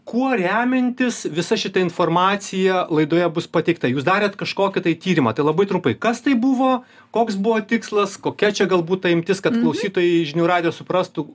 kuo remiantis visa šita informacija laidoje bus pateikta jūs darėt kažkokį tai tyrimą tai labai trumpai kas tai buvo koks buvo tikslas kokia čia galbūt ta imtis kad klausytojai žinių radijo suprastų